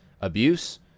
abuse